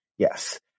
Yes